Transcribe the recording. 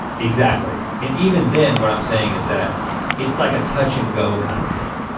exactly and even then what i'm saying is that it's like a touch and go kind of thing.